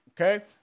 okay